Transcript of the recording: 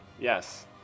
Yes